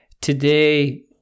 Today